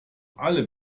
alle